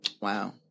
Wow